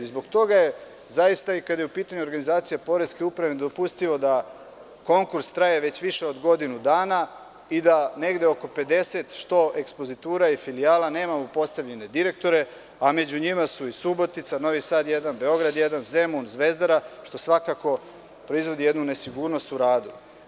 Zbog toga je, zaista, kada je u pitanju organizacija poreske uprave, nedopustivo da konkurs traje više od godinu dana i da negde oko 50 ekspozitura, filijala, nema postavljenih direktora, a među njima su i Subotica, Novi Sad 1, Beograd 1, Zemun, Zvezdara, što svakako proizvodi jednu nesigurnost u radu.